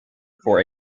for